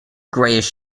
grayish